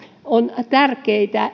on